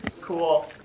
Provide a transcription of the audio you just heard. Cool